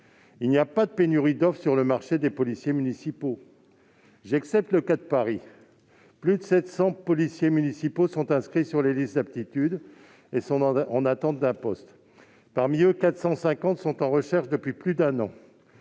Il n'y a pas de pénurie de l'offre sur le marché des policiers municipaux. Le cas de Paris mis à part, plus de 700 policiers municipaux sont inscrits sur les listes d'aptitude et sont en attente d'un poste. Parmi eux, 450 sont en recherche depuis plus d'un an.